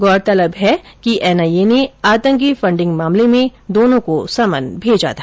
गौलतलब है कि एनआईए ने आतंकी फडिंग मामले में दोनो को सम्मन भेजा था